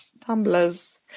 Tumblers